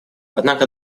однако